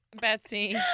Betsy